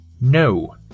No